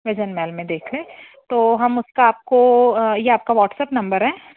vision महल में देख लें तो हम उसका आपको यह आपका व्हाट्सऐप नंबर है